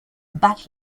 bat